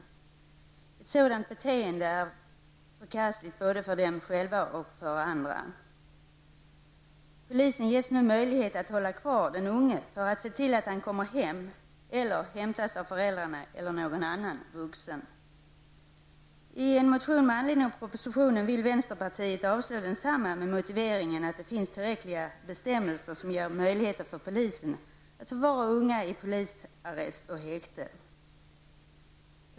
Ett sådant beteende är förkastligt både för dem själva och för andra. Polisen ges nu möjlighet att hålla kvar den unge, för att se till att han kommer hem eller hämtas av föräldrarna eller någon annan vuxen. I en motion med anledning av propositionen vill vänsterpartiet avslå propositionen med motiveringen att det finns tillräckliga bestämmelser som ger möjligheter för polisen att förvara unga i polisarrest och häkte.